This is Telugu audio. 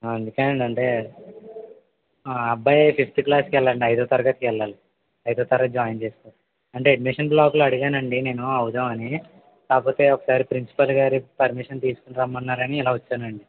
ఆ అందుకే అండి అంటే ఆ అబ్బాయి ఫిఫ్త్ క్లాస్కి వెళ్ళాలండి ఐదో తరగతికి వెళ్ళాలి ఐదో తరగతి జాయిన్ చెస్కోవాలి అంటే అడ్మిషన్ బ్లాక్లో అడిగానండి నేను అవుదామని కాకపోతే ఒకసారి ప్రిన్సిపాల్గారి పర్మిషన్ తీసుకురమ్మన్నారని ఇలా వచ్చానండి